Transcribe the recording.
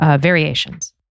variations